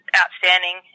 outstanding